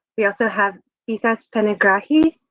we also have bikas panigrahi.